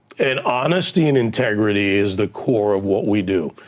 and honesty and integrity is the core of what we do.